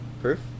Proof